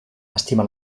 estima